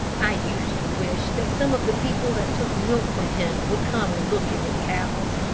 i used to wish that some of the people that took milk from him would come and look at his cows.